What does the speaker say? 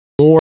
more